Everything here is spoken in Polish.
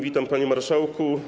Witam, panie marszałku.